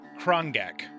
Krongak